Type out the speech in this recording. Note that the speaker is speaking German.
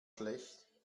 schlecht